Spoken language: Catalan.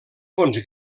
fons